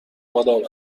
آدام